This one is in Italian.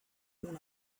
una